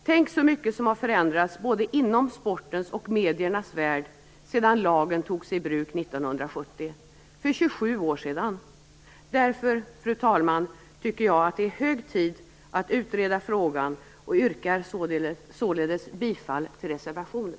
Tänk så mycket som har förändrats inom både sportens och mediernas värld sedan lagen togs i bruk 1970, för 27 år sedan! Därför, fru talman, tycker jag att det är hög tid att utreda frågan, och jag yrkar således bifall till reservationen.